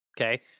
Okay